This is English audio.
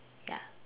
ya